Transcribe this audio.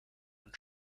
und